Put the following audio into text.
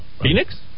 Phoenix